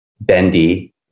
Bendy